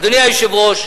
אדוני היושב-ראש,